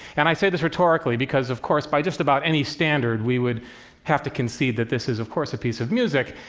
and i say this rhetorically, because of course by just about any standard we would have to concede that this is, of course, a piece of music,